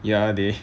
ya they